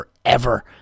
forever